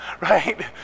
right